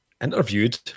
interviewed